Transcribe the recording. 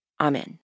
Amen